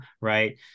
right